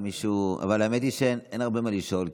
האמת היא שאין הרבה מה לשאול,